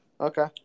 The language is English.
Okay